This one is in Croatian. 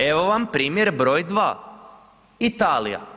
Evo vam primjer broj dva, Italija.